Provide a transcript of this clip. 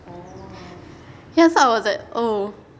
ya so I was like oh